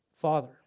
Father